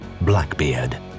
Blackbeard